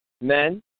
Men